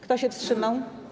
Kto się wstrzymał?